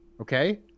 Okay